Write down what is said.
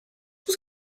was